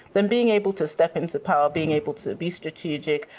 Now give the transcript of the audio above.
then being able to step into power, being able to be strategic,